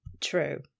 True